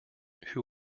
who